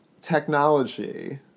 technology